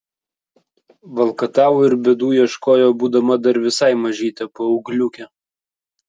valkatavo ir bėdų ieškojo būdama dar visai mažytė paaugliukė